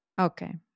Okay